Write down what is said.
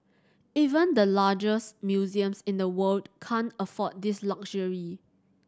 even the largest museums in the world can't afford this luxury